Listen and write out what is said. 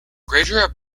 greater